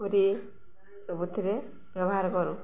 ପୁରୀ ସବୁଥିରେ ବ୍ୟବହାର କରୁ